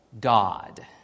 God